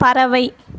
பறவை